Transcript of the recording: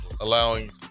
Allowing